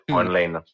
online